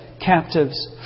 captives